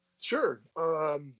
Sure